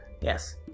Yes